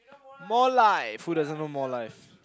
more life who doesn't know more life